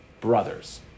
brothers